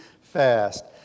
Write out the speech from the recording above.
fast